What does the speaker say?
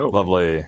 Lovely